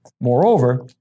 Moreover